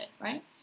Right